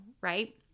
right